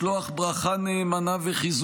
ביום הזה אני מבקש לשלוח מכאן ברכה נאמנה וחיזוק